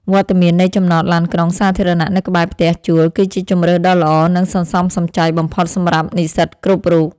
វត្តមាននៃចំណតឡានក្រុងសាធារណៈនៅក្បែរផ្ទះជួលគឺជាជម្រើសដ៏ល្អនិងសន្សំសំចៃបំផុតសម្រាប់និស្សិតគ្រប់រូប។